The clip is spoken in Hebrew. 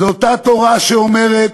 זו אותה תורה שאומרת: